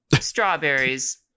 strawberries